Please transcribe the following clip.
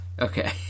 Okay